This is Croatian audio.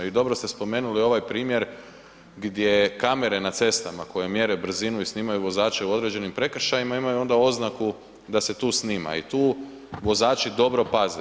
I dobro ste spomenuli ovaj primjer gdje kamere na cestama koje mjere brzinu i snimanju vozače u određenim prekršajima imaju onda oznaku da se tu snima i tu vozači dobro paze.